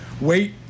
wait